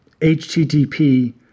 HTTP